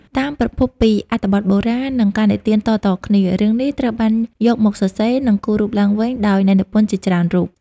តាមប្រភពពីអត្ថបទបុរាណនិងការនិទានតៗគ្នា រឿងនេះត្រូវបានយកមកសរសេរនិងគូររូបឡើងវិញដោយអ្នកនិពន្ធជាច្រើនរូប។